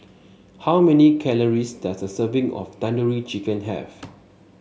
how many calories does a serving of Tandoori Chicken have